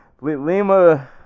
Lima